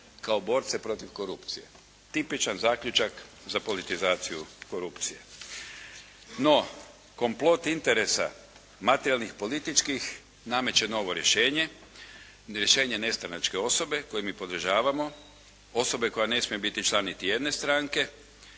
kao borce protiv korupcije.“ Tipičan zaključak za politizaciju korupcije. No, komplot interesa materijalnih, političkih nameće novo rješenje, rješenje nestranačke osobe koje mi podržavamo, osobe koja ne smije biti član niti jedne stranke